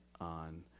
on